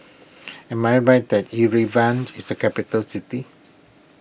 am I right that Yerevan is a capital city